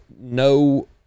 no